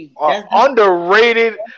underrated